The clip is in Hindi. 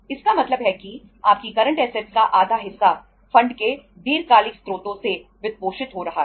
इसका मतलब है कि आपकी करंट ऐसेटस का आधा हिस्सा फंड के दीर्घकालिक स्रोतों से वित्तपोषित हो रहा है